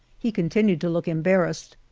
he con tinued to look embarrassed,